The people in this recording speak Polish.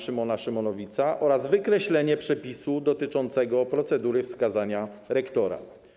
Szymona Szymonowica oraz wykreślenie przepisu dotyczącego procedury wskazania rektora.